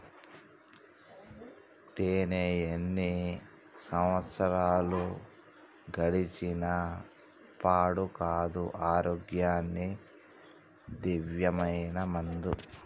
తేనే ఎన్ని సంవత్సరాలు గడిచిన పాడు కాదు, ఆరోగ్యానికి దివ్యమైన మందు